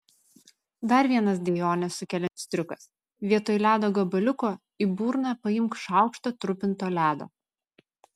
dar vienas dejones sukeliantis triukas vietoj ledo gabaliuko į burną paimk šaukštą trupinto ledo